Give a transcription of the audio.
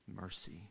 mercy